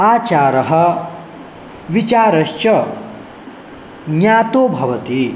आचारः विचारश्च ज्ञातो भवति